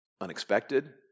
unexpected